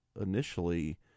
initially